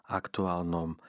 aktuálnom